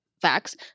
facts